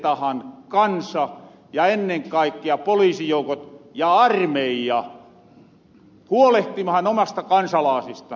opetetahan kansa ja ennen kaikkea poliisijoukot ja armeija huolehtimahan omista kansalaasistansa